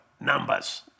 numbers